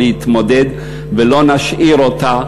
ולא נשאיר אותה,